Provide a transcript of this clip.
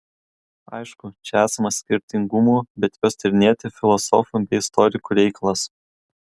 aišku čia esama skirtingumų bet juos tyrinėti filosofų bei istorikų reikalas